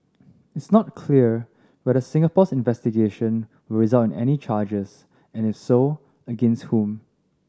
it's not clear whether Singapore's investigation will result in any charges and if so against whom